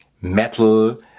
metal